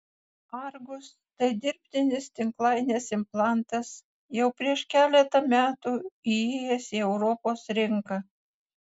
argus tai dirbtinis tinklainės implantas jau prieš keletą metų įėjęs į europos rinką